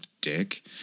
dick